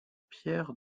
pierre